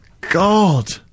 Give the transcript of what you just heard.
god